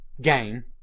game